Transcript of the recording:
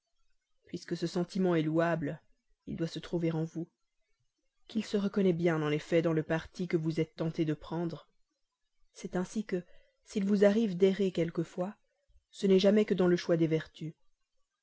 puisque ce sentiment est louable il doit se trouver dans votre cœur c'est bien lui en effet qui vous a dicté le parti que vous êtes tentée de prendre c'est ainsi que s'il vous arrive d'errer quelquefois ce n'est jamais que dans le choix des vertus